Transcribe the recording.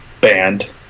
band